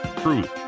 truth